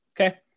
Okay